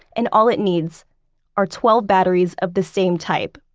and all it needs are twelve batteries of the same type,